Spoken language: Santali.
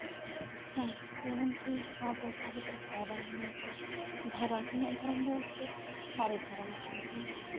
ᱦᱮᱸ ᱮᱢᱚᱱᱠᱤ ᱱᱚᱣᱟ ᱴᱚᱴᱷᱟ ᱨᱮᱫᱚ ᱫᱷᱚᱨᱚᱢ ᱱᱤᱭᱮ ᱠᱚ ᱫᱷᱚᱨᱚᱢ ᱤᱧᱟᱹᱜ ᱫᱷᱚᱨᱚᱢ ᱫᱚ ᱦᱚᱪᱪᱷᱮ ᱫᱚ ᱥᱟᱹᱨᱤ ᱫᱷᱚᱨᱚᱢ ᱠᱟᱱᱟ